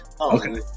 Okay